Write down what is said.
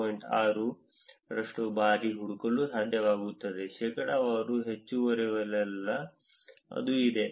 6 ರಷ್ಟು ಬಾರಿ ಹುಡುಕಲು ಸಾಧ್ಯವಾಗುತ್ತದೆ ಶೇಕಡಾವಾರು ಹೆಚ್ಚಿರುವಲ್ಲೆಲ್ಲಾ ಅದು ಇದೆ